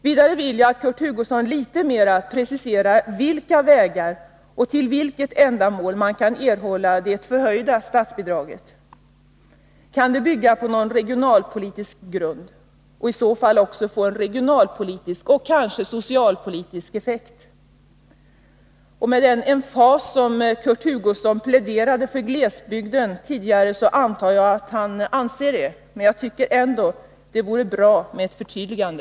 Vidare vill jag att Kurt Hugosson litet mera preciserar till vilket ändamål man kan erhålla det förhöjda statsbidraget. Kan det bygga på någon regionalpolitisk grund och i så fall också få en regionalpolitisk — och kanske socialpolitisk — effekt? Med tanke på den emfas med vilken Kurt Hugosson pläderade för glesbygden tidigare så antar jag att han anser det. Men jag tycker ändå att det vore bra med ett förtydligande.